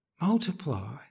Multiply